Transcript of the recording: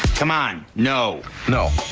um on. i'm no no.